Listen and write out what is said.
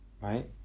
right